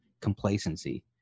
Complacency